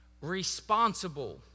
responsible